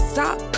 Stop